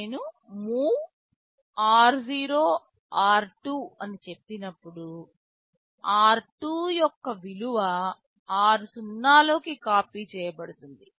నేను MOV r0r2 అని చెప్పినప్పుడు r2 యొక్క విలువ r0 లోకి కాపీ చేయబడుతుంది